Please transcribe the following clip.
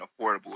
affordable